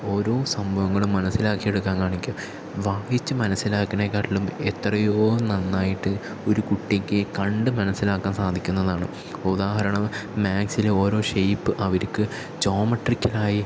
ഓരോ സംഭവങ്ങളും മനസിലാക്കി എടുക്കാൻ കാണിക്കും വായിച്ച് മനസിലാക്കണേക്കാട്ടിലും എത്രയോ നന്നായിട്ട് ഒരു കുട്ടിക്ക് കണ്ട് മനസിലാക്കാൻ സാധിക്കുന്നതാണ് ഉദാഹരണം മാത്സ്സിലെ ഓരോ ഷേയ്പ്പ് അവർക്ക് ജോമെട്രിക്കലായി